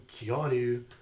Keanu